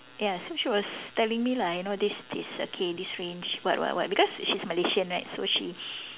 ya so she was telling me lah you know this this okay this range what what what because she's Malaysian right so she